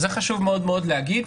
וזה חשוב מאוד להגיד.